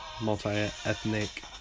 multi-ethnic